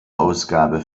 ausgabe